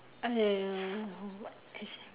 !aiyo! what is